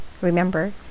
Remember